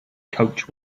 coach